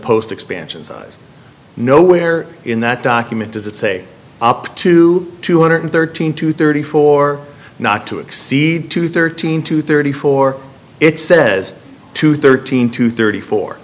post expansion size nowhere in that document does it say up to two hundred thirteen to thirty four not to exceed to thirteen to thirty four it says to thirteen to thirty fo